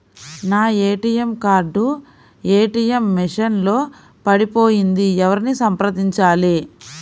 నా ATM card ATM machine లో పడిపోయింది ఎవరిని సంప్రదించాలి?